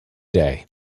day